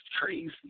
crazy